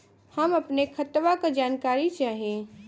हम अपने खतवा क जानकारी चाही?